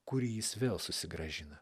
kurį jis vėl susigrąžina